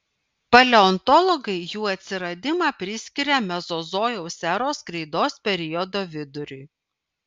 paleontologai jų atsiradimą priskiria mezozojaus eros kreidos periodo viduriui